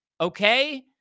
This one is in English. okay